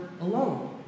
alone